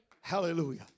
Hallelujah